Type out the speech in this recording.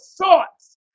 thoughts